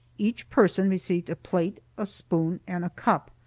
each person received a plate, a spoon and a cup.